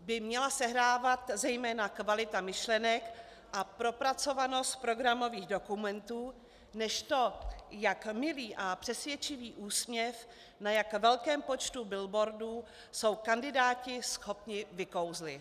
by měla sehrávat zejména kvalita myšlenek a propracovanost programových dokumentů než to, jak milý a přesvědčivý úsměv na jak velkém počtu billboardů jsou kandidáti schopni vykouzlit.